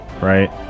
Right